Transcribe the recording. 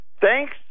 Thanks